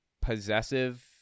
possessive